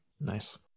nice